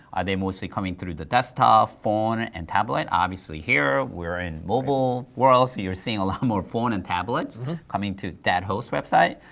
are they mostly coming through the desktop, phone, and tablet, obviously here, we're in mobile world, so you're seeing a lot more phone and tablets. m-hmm coming to dat host website,